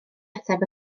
ateb